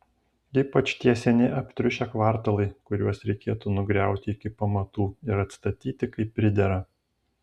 ypač tie seni aptriušę kvartalai kuriuos reikėtų nugriauti iki pamatų ir atstatyti kaip pridera